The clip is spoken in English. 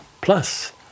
Plus